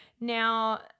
Now